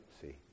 See